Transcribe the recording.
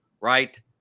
right